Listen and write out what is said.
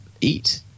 eat